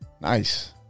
Nice